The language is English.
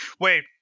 Wait